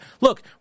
look